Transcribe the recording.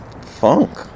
funk